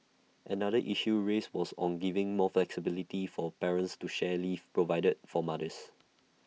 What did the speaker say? another issue raised was on giving more flexibility for parents to share leave provided for mothers